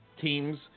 teams